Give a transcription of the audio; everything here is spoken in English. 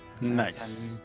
nice